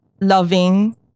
loving